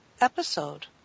episode